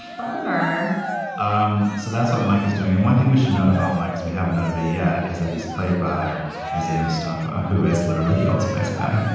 bummer um so that's what mike is doing and one thing we should note about mike is we haven't done it yet is that he's played by as an staffer who is literally the old spice guy.